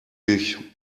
sich